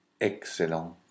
Excellent